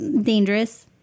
dangerous